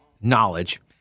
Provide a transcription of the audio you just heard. knowledge